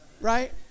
Right